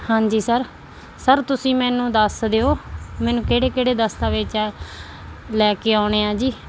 ਹਾਂਜੀ sir sir ਤੁਸੀਂ ਮੈਨੂੰ ਦੱਸ ਦਿਓ ਮੈਨੂੰ ਕਿਹੜੇ ਕਿਹੜੇ ਦਸਤਾਵੇਜ਼ ਲੈ ਕੇ ਆਉਣੇ ਆ ਜੀ